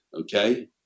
Okay